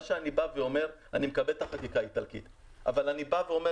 אני אומר שאני מקבל את החקיקה האיטלקית אבל אני בא ואומר